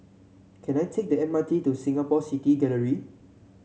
can I take the M R T to Singapore City Gallery